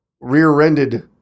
rear-ended